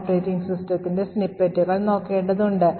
operating സിസ്റ്റത്തിന്റെ സ്നിപ്പെറ്റുകൾ നോക്കേണ്ടതുണ്ട്